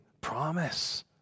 promise